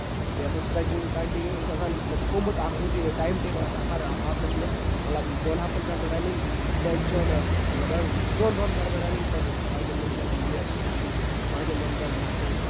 بیٚیہِ آسان stretching continue یہِ چھِ آسان تھوٚمُت اکھ روٚٹیٖن ٹایِم ٹیبٕل آسان ہر ہَفتَس منٛز مطلب دۄن ہَفتَن کرٕ بہٕ رَنِگ ترٛین ژۄن مطلب حظ ژۄن دۄہَن کرٕ بہٕ رَنِگ پتہٕ باقین دۄہَن کرٕ بہٕ یہِ سِٹرچِنگ باقین دۄہَن کرٕ بہٕ یِتھ پٲٹھۍ